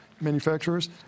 manufacturers